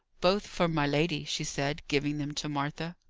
both for my lady, she said, giving them to martha.